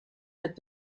met